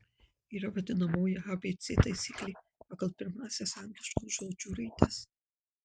yra vadinamoji abc taisyklė pagal pirmąsias angliškų žodžių raides